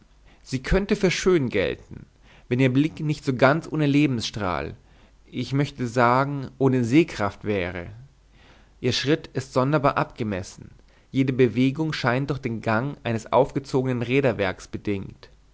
sie könnte für schön gelten wenn ihr blick nicht so ganz ohne lebensstrahl ich möchte sagen ohne sehkraft wäre ihr schritt ist sonderbar abgemessen jede bewegung scheint durch den gang eines aufgezogenen räderwerks bedingt